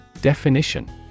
Definition